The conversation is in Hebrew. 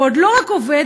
ועוד לא רק עובד,